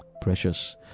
precious